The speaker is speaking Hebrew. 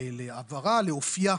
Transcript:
לעברה ולאופייה.